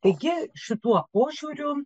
taigi šituo požiūriu